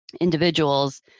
individuals